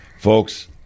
Folks